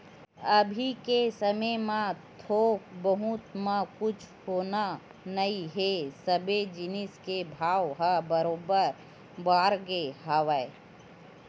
अभी के समे म थोक बहुत म कुछु होना नइ हे सबे जिनिस के भाव ह बरोबर बाड़गे हवय